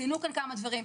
ציינו כאן כמה דברים.